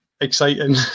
exciting